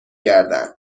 گردن